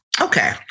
Okay